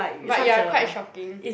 but ya quite shocking